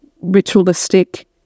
ritualistic